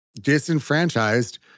disenfranchised